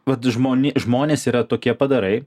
vat žmoni žmonės yra tokie padarai